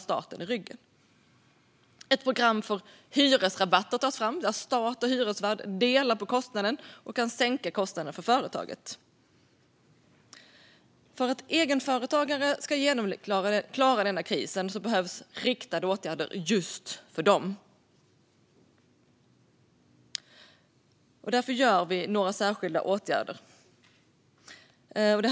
Ett program för hyresrabatter tas fram, där stat och hyresvärd delar på kostnaden, vilket kan sänka kostnaden för företagen. För att egenföretagare ska klara den här krisen behövs riktade åtgärder för just dem. Därför vidtar vi några särskilda åtgärder.